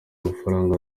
mafaranga